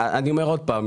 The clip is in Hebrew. אני אומר עוד פעם,